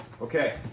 Okay